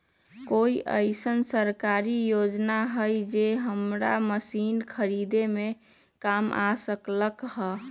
कोइ अईसन सरकारी योजना हई जे हमरा मशीन खरीदे में काम आ सकलक ह?